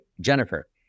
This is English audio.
Jennifer